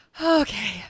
Okay